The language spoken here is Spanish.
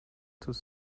tus